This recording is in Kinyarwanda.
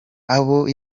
abo